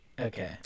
Okay